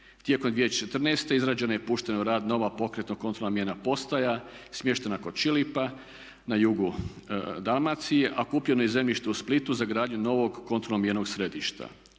Tijekom 2014. izrađena je i puštena u rad nova pokretno-kontrolno mjerna postroja smještena kod Čilipa na jugu Dalmacije a kupljeno je i zemljište u Splitu za gradnju novog kontrolno mjernog središta.